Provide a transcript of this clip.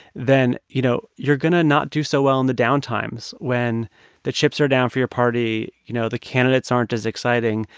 then, you know, you're going to not do so well in the downtimes when the chips are down for your party, you know, the candidates aren't as exciting,